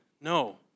No